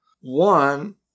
One